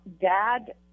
Dad